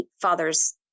father's